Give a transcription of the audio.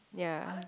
ya